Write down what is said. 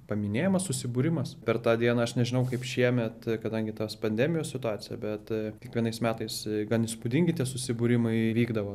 paminėjimas susibūrimas per tą dieną aš nežinau kaip šiemet kadangi tos pandemijos situacija bet kiekvienais metais gan įspūdingi tie susibūrimai vykdavo